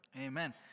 amen